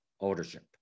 ownership